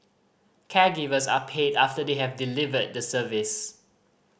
caregivers are paid after they have delivered the service